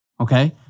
Okay